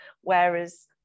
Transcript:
whereas